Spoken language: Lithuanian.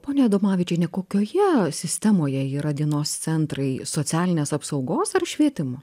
ponia adomavičiene kokioje sistemoje yra dienos centrai socialinės apsaugos ar švietimo